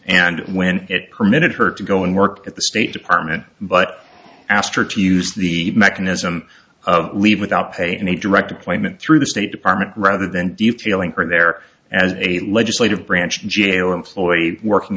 and when it permitted her to go and work at the state department but asked her to use the mechanism of leave without pay and a direct appointment through the state department rather than you feeling her there as a legislative branch jail employee working